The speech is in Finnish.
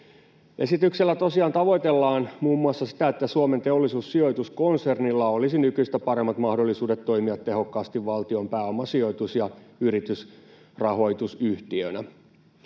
Esityksellä tosiaan tavoitellaan muun muassa sitä, että Suomen Teollisuussijoitus ‑konsernilla olisi nykyistä paremmat mahdollisuudet toimia tehokkaasti valtion pääomasijoitus- ja yritysrahoitusyhtiönä.